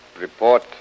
Report